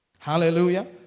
Hallelujah